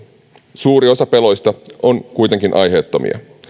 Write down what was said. suuri osa peloista on kuitenkin aiheettomia